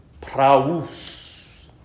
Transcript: praus